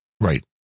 Right